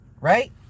Right